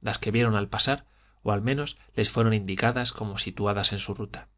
las que vieron al pasar o al menos les fueron indicadas como situadas en su ruta